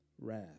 wrath